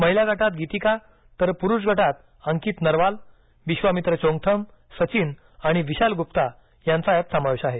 महिला गटात गीतिका तर पुरुष गटात अंकित नरवाल बिश्वामित्र चोंगथम सचिन आणि विशाल गुप्ता यांचा यात समावेश आहे